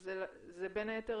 זה בין היתר